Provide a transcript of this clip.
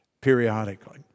periodically